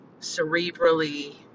cerebrally